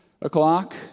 o'clock